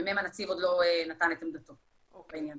מ"מ הנציב עוד לא נתן את עמדתו בעניין.